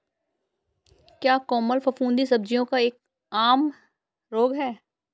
क्या कोमल फफूंदी सब्जियों का एक आम रोग है?